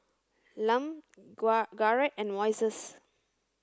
Lum Garrett and Moises